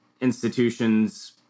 institutions